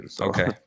Okay